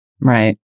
right